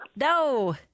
No